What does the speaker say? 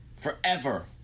forever